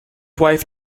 wife